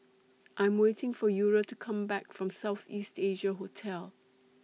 I Am waiting For Eura to Come Back from South East Asia Hotel